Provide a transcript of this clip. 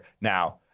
now